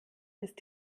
ist